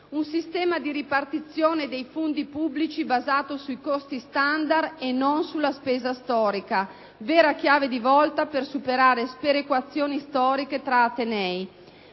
il sistema di ripartizione dei fondi pubblici basato sui costi standard e non sulla spesa storica (vera chiave di volta per superare sperequazioni storiche tra atenei);